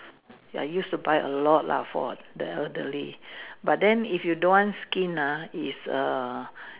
ya used to buy a lot lah for the elderly but then if you don't want skin ah is err